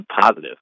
positive